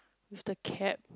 mister cat